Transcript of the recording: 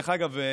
דרך אגב,